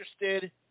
interested